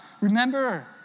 Remember